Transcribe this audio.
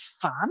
fun